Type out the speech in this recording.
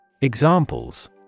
Examples